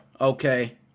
okay